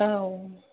औ